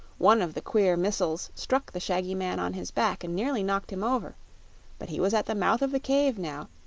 one of the queer missiles struck the shaggy man on his back and nearly knocked him over but he was at the mouth of the cave now,